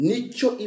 Nicho